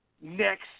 next